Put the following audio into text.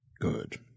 Good